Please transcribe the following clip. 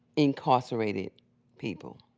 incarcerated people.